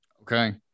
Okay